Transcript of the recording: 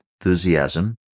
enthusiasm